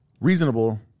reasonable